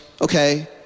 okay